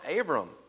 Abram